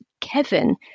Kevin